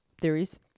Theories